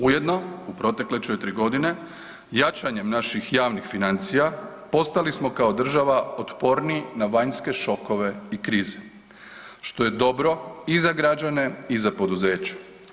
Ujedno u protekle četiri godine jačanjem naših javnih financija postali smo kao država otporniji na vanjske šokove i krize, što je dobro i za građane i za poduzeća.